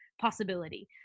possibility